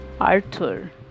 arthur